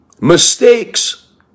mistakes